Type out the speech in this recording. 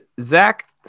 Zach